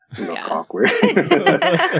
awkward